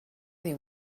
they